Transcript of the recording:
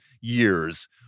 years